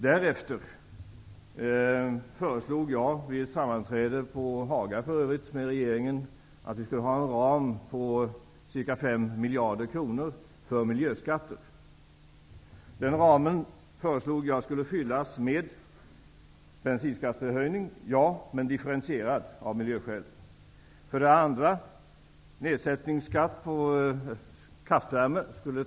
Därefter föreslog jag -- det var för övrigt vid ett regeringssammanträde på Haga -- en ram på ca 5 miljarder kronor för miljöskatter. Den ramen föreslog jag skulle fyllas med bensinskattehöjningar. Ja, så var det -- men differentierad, av miljöskäl. Det är det första. För det andra skulle nedsättningsskatten på kraftvärme tas bort.